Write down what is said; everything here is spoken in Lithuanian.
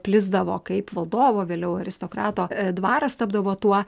plisdavo kaip valdovo vėliau aristokrato dvaras tapdavo tuo